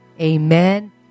amen